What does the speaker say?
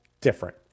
different